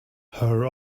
her